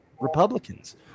republicans